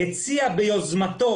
מבין,